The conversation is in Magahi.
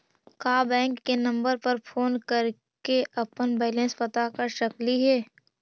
का बैंक के नंबर पर फोन कर के अपन बैलेंस पता कर सकली हे?